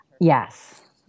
Yes